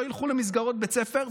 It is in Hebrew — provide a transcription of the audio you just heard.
לא ילכו למסגרות בית הספר,